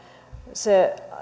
se